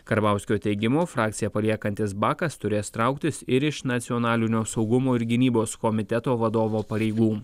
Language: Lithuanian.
karbauskio teigimu frakciją paliekantis bakas turės trauktis ir iš nacionalinio saugumo ir gynybos komiteto vadovo pareigų